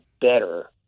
better